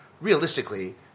Realistically